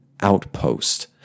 outpost